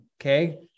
Okay